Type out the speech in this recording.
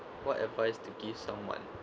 what advice to give someone